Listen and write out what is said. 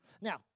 Now